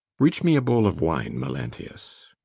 reach me a boul of wine melantlius,